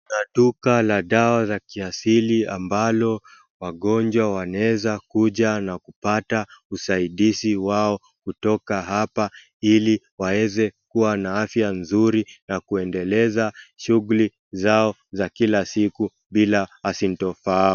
Kuna duka la dawa za kiasili ambalo wagonjwa wanaweza kuja na kupata usaidizi wao kutoka hapa ili waweze kuwa na afya nzuri na kuendeleza shughuli zao za kila siku bila sintofahamu.